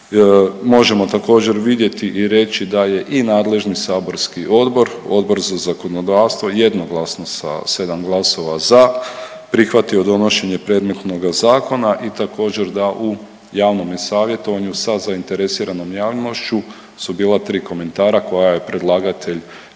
Možemo također vidjeti i reći da je i nadležni saborski odbor, Odbor za zakonodavstvo jednoglasno sa 7 glasova za prihvatio donošenje predmetnoga zakona i također da u javnome savjetovanju sa zainteresiranom javnošću su bila tri komentara koja je predlagatelj